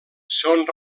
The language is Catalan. són